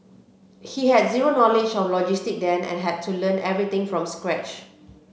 he had zero knowledge of logistics then and had to learn everything from scratch